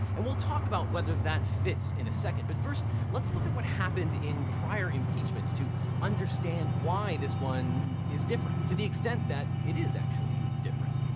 and we'll talk about whether that fits in a second, but first let's look at what happened in prior impeachments to understand why this one is different to the extent that it is actually different.